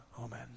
Amen